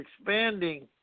expanding